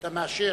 אתה מאשר?